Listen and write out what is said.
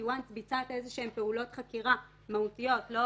ברגע שביצעת איזשהן פעולות חקירה מהותיות לא